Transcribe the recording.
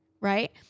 right